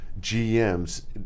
GMs